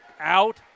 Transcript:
out